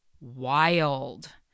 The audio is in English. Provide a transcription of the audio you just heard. wild